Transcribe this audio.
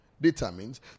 determines